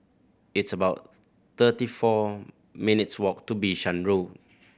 it's about thirty four minutes' walk to Bishan Road